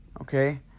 okay